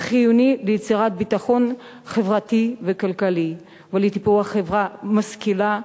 החיוני ליצירת ביטחון חברתי וכלכלי ולטיפוח חברה משכילה,